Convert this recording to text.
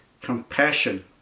compassion